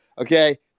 okay